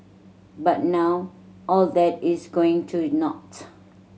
but now all that is going to naught